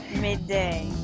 midday